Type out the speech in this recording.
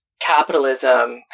capitalism